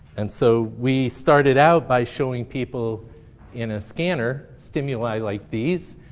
and so we started out by showing people in a scanner stimuli like these.